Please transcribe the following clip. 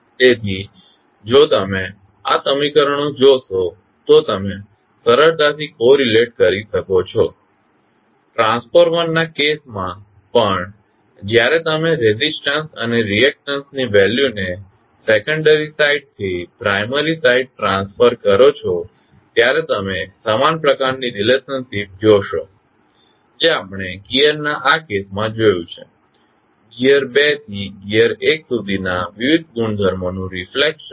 તેથી જો તમે આ સમીકરણો જોશો તો તમે સરળતાથી કોરિલેટ કરી શકો છો ટ્રાન્સફોર્મરના કેસમાં પણ જ્યારે તમે રેઝિસ્ટંસ અને રિએકટન્સ ની વેલ્યુને સેકંડરી સાઇડ થી પ્રાઇમરી સાઇડ ટ્રાંસફર કરો છો ત્યારે તમે સમાન પ્રકારની રિલેશનશીપ જોશો જે આપણે ગિઅરના આ કેસમાં જોયું છે ગિઅર 2 થી ગિઅર 1 સુધીના વિવિધ ગુણધર્મોનું રિફ્લેકશન